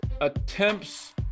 attempts